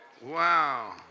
Wow